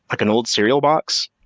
like an old cereal box,